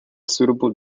suitable